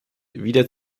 wieder